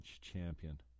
champion